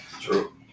True